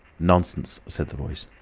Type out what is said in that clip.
nonsense, said the voice.